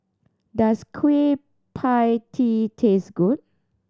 does Kueh Pie Tee taste good